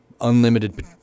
unlimited